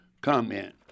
comment